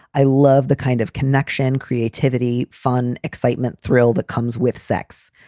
i love the kind of connection, creativity, fun, excitement, thrill that comes with sex,